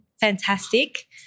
fantastic